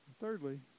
Thirdly